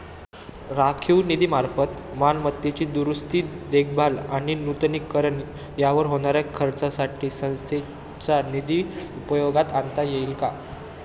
राखीव निधीमार्फत मालमत्तेची दुरुस्ती, देखभाल आणि नूतनीकरण यावर होणाऱ्या खर्चासाठी संस्थेचा निधी उपयोगात आणता येईल का?